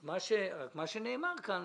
רק מה שנאמר כאן,